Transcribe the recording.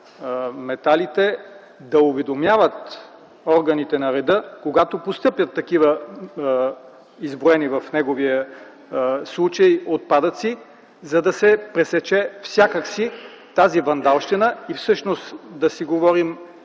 метали, да уведомяват органите на реда, когато постъпят такива изброени в неговия случай отпадъци, за да се пресече всякак тази вандалщина. Всъщност, да си говорим